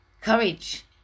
Courage